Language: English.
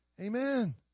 Amen